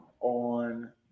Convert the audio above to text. on